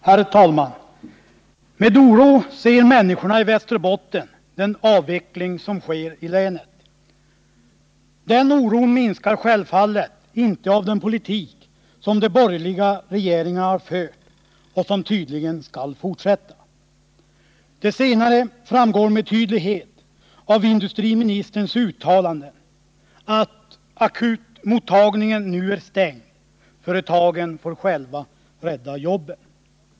Herr talman! Med oro ser människorna i Västerbotten den avveckling som sker i länet. Den oron minskar självfallet inte av den politik som de borgerliga regeringarna har fört och som tydligen skall fortsätta. Det senare framgår klart av industriministerns uttalanden — att ”akutmottagningen nu är stängd”, att företagen själva får rädda jobben.